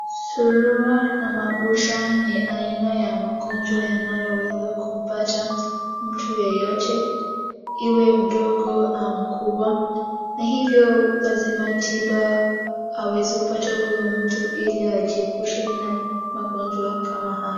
Surua na mabusha ni aina ya magonjwa yanayoweza kumpata mtu yeyote, iwe mdogo au mkubwa. Na hivyo loazima tiba aweze kupata huyo mtu ili ajiepushe na magonjwa kama haya.